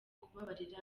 kubabarira